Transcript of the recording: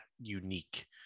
unique